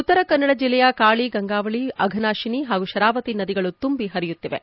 ಉತ್ತರ ಕನ್ನಡ ಜಿಲ್ಲೆಯ ಕಾಳಿ ಗಂಗಾವಳಿ ಅಘನಾಶಿನಿ ಹಾಗೂ ಶರಾವತಿ ನದಿಗಳು ತುಂಬಿ ಹರಿಯುತ್ತಿವೆ